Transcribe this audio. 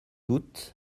août